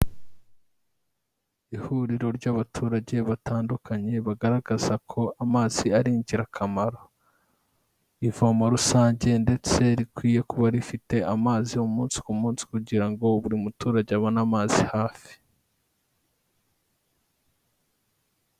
Ihuriro ry'abaturage batandukanye bagaragaza ko amazi ari ingirakamaro. Ivomo rusange ndetse rikwiye kuba rifite amazi umunsi ku munsi kugira ngo buri muturage abone amazi hafi.